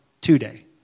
today